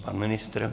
Pan ministr?